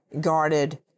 guarded